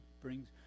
brings